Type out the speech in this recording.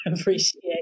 appreciate